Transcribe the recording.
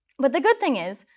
but the good thing is,